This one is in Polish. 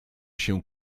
się